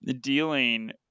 dealing